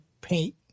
paint